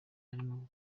arimo